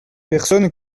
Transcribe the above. personnes